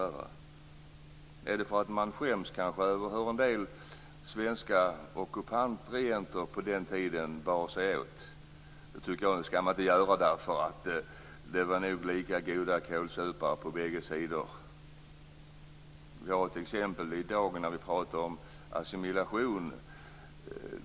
Är det kanske för att man skäms över hur en del svenska ockupantregenter bar sig åt på den tiden? Det tycker jag inte att man skall göra, därför det var nog lika goda kålsupare på bägge sidor. I dag talar vi om assimilation.